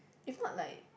if not like